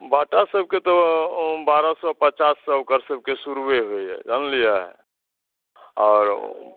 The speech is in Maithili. बाटासभके तऽ बारह सए पचाससँ ओकरसभके शुरूए होइए जानलियै आओर